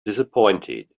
disappointed